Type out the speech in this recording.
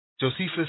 Josephus